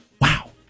Wow